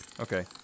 Okay